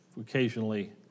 occasionally